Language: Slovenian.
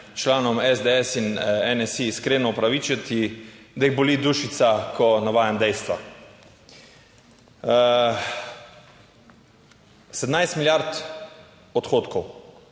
članom SDS in NSi iskreno opravičiti, da jih boli dušica, ko navajam dejstva. 17 milijard odhodkov,